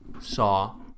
saw